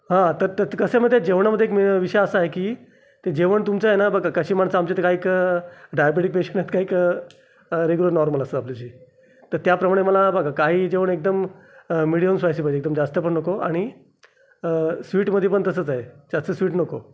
हा तर त्यात कसं आहे माहिती आहे जेवणामध्ये एक मी विषय असा आहे की ते जेवण तुमचं आहे ना बघा कशी माणसं आमच्या इथे काही डायबेटिक पेशंट आहेत काही रेग्युलर नॉर्मल असतात आपले जे तर त्याप्रमाणे मला बघा काही जेवण एकदम मिडीयम स्पायसी पाहिजे एकदम जास्त पण नको आणि स्वीटमध्ये पण तसंच आहे जास्त स्वीट नको